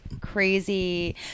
crazy